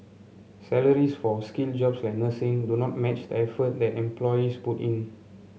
salaries for skilled jobs like nursing do not match the effort that employees put in